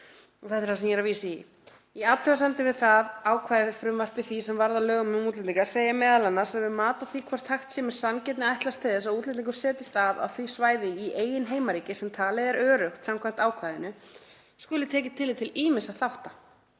og þetta er það sem ég er að vísa í — „Í athugasemdum við það ákvæði í frumvarpi því sem varð að lögum um útlendinga segir m.a. að við mat á því hvort hægt sé með sanngirni að ætlast til þess að útlendingur setjist að á því svæði í eigin heimaríki sem talið er öruggt samkvæmt ákvæðinu skuli tekið tillit til ýmissa þátta